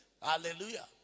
Hallelujah